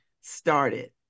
started